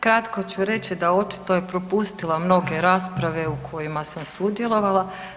Kratko ću reći da očito je propustila mnoge rasprave u kojima sam sudjelovala.